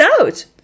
out